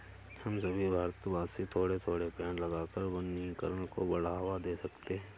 हम सभी भारतवासी थोड़े थोड़े पेड़ लगाकर वनीकरण को बढ़ावा दे सकते हैं